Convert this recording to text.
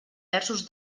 versos